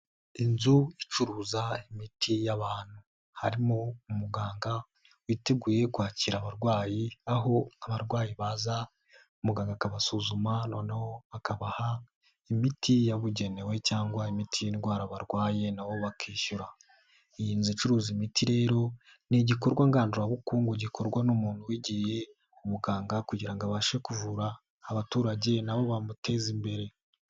Inzu icuruza imiti y'abantu, harimo umuganga witeguye kwakira abarwayi aho abarwayi baza muganga akabasuzuma noneho akaha imiti yabugenewe cyangwa imiti y'indwara barwaye nabo bakishyura. Iyi nzu icuruza imiti rero ni igikorwa ngandurabukungu gikorwa n'umuntu wigiye ubuganga kugira abashe kuvura abaturage, nabo bamuteza imbere.